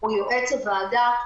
הוא יועץ הוועדה.